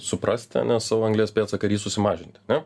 suprasti ane savo anglies pėdsaką ir jį susimažinti ar ne